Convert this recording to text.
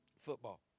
football